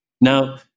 Now